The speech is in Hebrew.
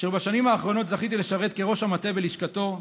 אשר בשנים האחרונות זכיתי לשרת כראש המטה בלשכתו.